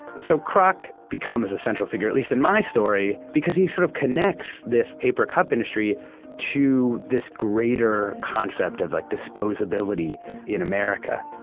so kroc becomes a central figure, at least in my story, because he sort of connects this paper cup industry to this greater concept of like, disposability in america